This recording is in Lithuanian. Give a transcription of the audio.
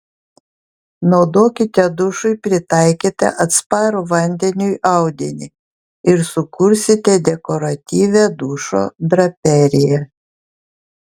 naudokite dušui pritaikytą atsparų vandeniui audinį ir sukursite dekoratyvią dušo draperiją